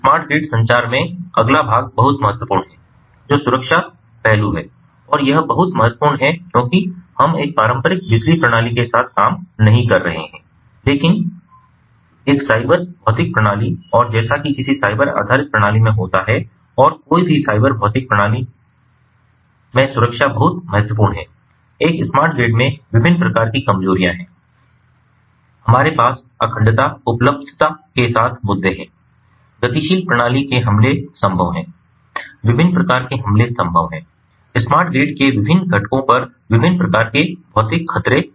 इस smart grid संचार में अगला भाग बहुत महत्वपूर्ण है जो सुरक्षा पहलू है और यह बहुत महत्वपूर्ण है क्योंकि हम एक पारंपरिक बिजली प्रणाली के साथ काम नहीं कर रहे हैं लेकिन एक साइबर भौतिक प्रणाली और जैसा कि किसी साइबर आधारित प्रणाली में होता है और कोई भी साइबर भौतिक प्रणाली सुरक्षा बहुत महत्वपूर्ण है एक स्मार्ट ग्रिड में विभिन्न प्रकार की कमजोरियां हैं हमारे पास अखंडता उपलब्धता के साथ मुद्दे हैं गतिशील प्रणाली के हमले संभव हैं विभिन्न प्रकार के हमले संभव हैं स्मार्ट ग्रिड के विभिन्न घटकों पर विभिन्न प्रकार के भौतिक खतरे संभव हैं